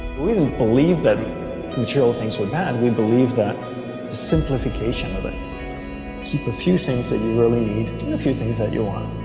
we didn't believe that material things were bad we believe that simplification of it keep a few things that you really need and a few things that you want